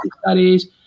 studies